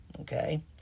okay